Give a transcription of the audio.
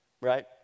right